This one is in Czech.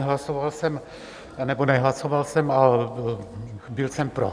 Hlasoval jsem nebo nehlasoval jsem a byl jsem pro.